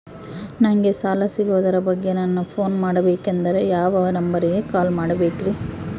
ನಂಗೆ ಸಾಲ ಸಿಗೋದರ ಬಗ್ಗೆ ನನ್ನ ಪೋನ್ ಮಾಡಬೇಕಂದರೆ ಯಾವ ನಂಬರಿಗೆ ಕಾಲ್ ಮಾಡಬೇಕ್ರಿ?